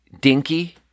dinky